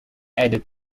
added